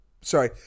sorry